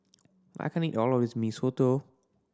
I can't eat all of this Mee Soto